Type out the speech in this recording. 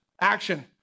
action